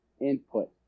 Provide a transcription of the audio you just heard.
input